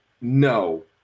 no